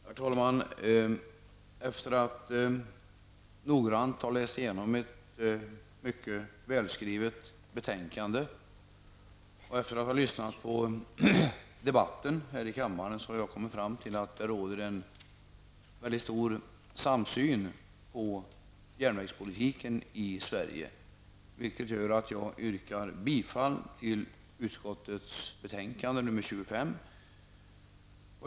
Herr talman! Efter att ha noggrant ha läst igenom ett mycket välskrivet betänkande och efter att ha lyssnat på debatten här i kammaren, har jag kommit fram till att det råder en mycket stor samsyn på järnvägspolitiken i Sverige, vilket gör att jag yrkar bifall till utskottets hemställan i betänkande nr 25.